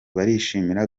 barishimira